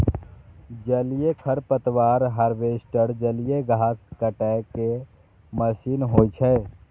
जलीय खरपतवार हार्वेस्टर जलीय घास काटै के मशीन होइ छै